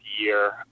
year